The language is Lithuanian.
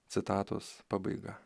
citatos pabaiga